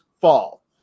fall